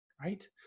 right